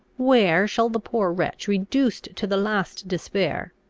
where shall the poor wretch reduced to the last despair,